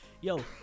yo